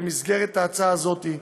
במסגרת ההצעה הזאת,